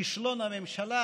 כישלון הממשלה.